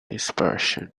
dispersion